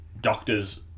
doctors